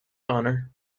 honour